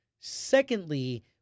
Secondly